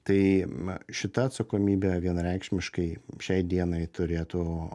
tai na šita atsakomybė vienareikšmiškai šiai dienai turėtų